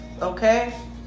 Okay